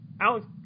Alex